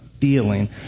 feeling